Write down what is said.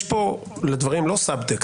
יש פה לדברים לא סבטקסט,